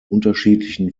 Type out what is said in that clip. unterschiedlichen